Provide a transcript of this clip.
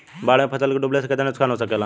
बाढ़ मे फसल के डुबले से कितना नुकसान हो सकेला?